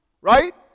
right